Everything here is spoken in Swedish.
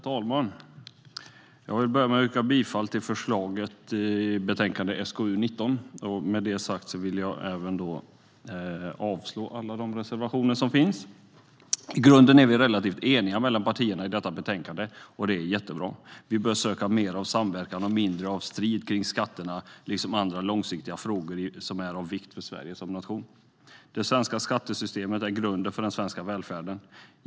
Herr talman! Jag vill börja med att yrka bifall till förslaget i betänkande SKU19. Det innebär att jag vill avslå alla reservationer som finns där. I grunden är vi relativt eniga mellan partierna i detta betänkande, och det är jättebra. Vi bör söka mer av samverkan och mindre av strid kring skatterna, liksom i andra långsiktiga frågor som är av vikt för Sverige som nation. Det svenska skattesystemet är grunden för den svenska välfärden.